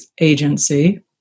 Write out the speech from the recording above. agency